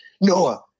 Noah